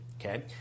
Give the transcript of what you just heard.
Okay